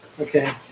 Okay